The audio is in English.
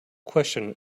question